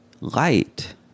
light